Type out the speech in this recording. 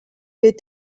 est